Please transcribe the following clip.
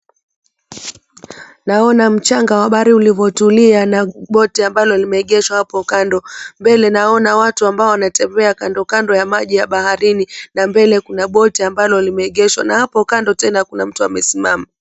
Naona mchanga wa bahari ulivyotulia na boti ambalo limeegeshwa hapo kando. Mbele naona watu ambao wanatembea kando kando ya maji ya baharini na mbele kuna boti ambalo limeegeshwa. Na hapo kando tena kuna mtu amesimama.